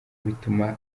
bituma